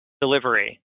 delivery